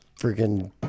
freaking